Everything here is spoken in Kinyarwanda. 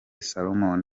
solomon